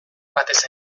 batez